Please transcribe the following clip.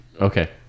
Okay